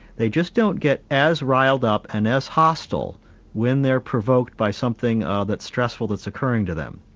they just don't get as riled up and as hostile when they are provoked by something that's stressful that's occurring to them.